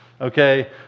okay